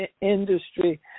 industry